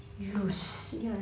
lose